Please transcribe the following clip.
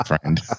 friend